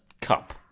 Cup